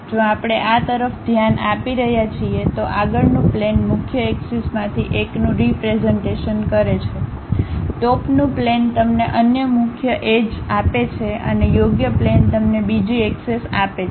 જો આપણે આ તરફ ધ્યાન આપી રહ્યા છીએ તો આગળનું પ્લેન મુખ્ય એક્સિસ માંથી એકનું રીપ્રેઝન્ટેશન કરે છે ટોપનું પ્લેન તમને અન્ય મુખ્ય એજએજ આપે છે અને યોગ્ય પ્લેન તમને બીજી એક્સિસ આપે છે